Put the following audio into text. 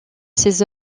ses